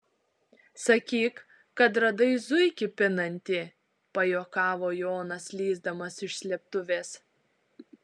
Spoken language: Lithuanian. sakyk kad radai zuikį pinantį pajuokavo jonas lįsdamas iš slėptuvės